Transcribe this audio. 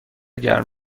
گرم